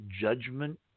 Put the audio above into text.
judgment